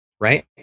right